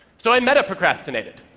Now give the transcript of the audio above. so i metaprocrastinated,